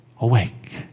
awake